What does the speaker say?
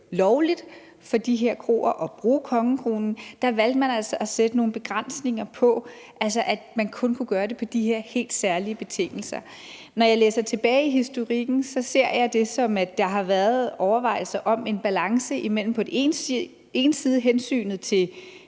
lovligt for de her kroer at bruge kongekronen, valgte man at sætte nogle begrænsninger på, altså at de kun kunne gøre det på de her helt særlige betingelser. Når jeg læser tilbage i historikken, ser jeg det, som at der har været overvejelser om en balance imellem på den ene side hensynet til